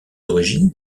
origines